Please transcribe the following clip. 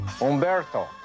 Umberto